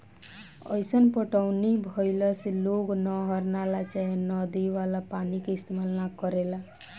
अईसन पटौनी भईला से लोग नहर, नाला चाहे नदी वाला पानी के इस्तेमाल न करेला